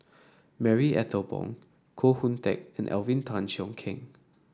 Marie Ethel Bong Koh Hoon Teck and Alvin Tan Cheong Kheng